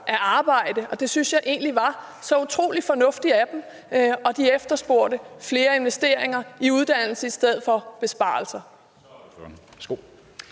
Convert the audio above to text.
at arbejde, og det synes jeg egentlig var så utrolig fornuftigt af dem. De efterspurgte flere investeringer i uddannelse i stedet for besparelser.